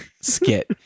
skit